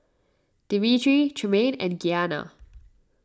Dimitri Tremayne and Giana